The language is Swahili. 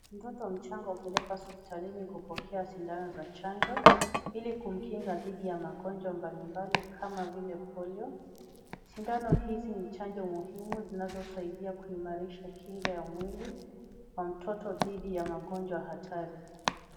Mtoto mchanga amepelekwa hospitalini kupokea dawa za chanjo ili kumkinga dhidi ya magonjwa mbalimbali kama vile polio. Sindano hizi ni chanjo muhimu zinazosaidia kuimarisha kinga ya mwili ya mtoto dhidi ya ugonjwa hatari.